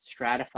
stratify